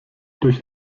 durch